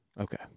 Okay